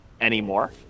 anymore